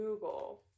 Google